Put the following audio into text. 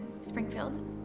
Springfield